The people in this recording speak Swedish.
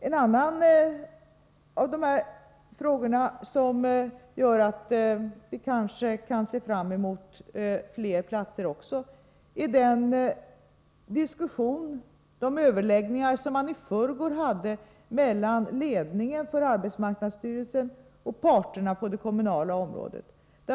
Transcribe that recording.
En annan fråga som gör att vi kanske kan se fram mot fler ungdomsplatser är att det i förrgår hölls överläggningar mellan ledningen för arbetsmarknadsstyrelsen och parterna på det kommunala området.